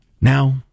Now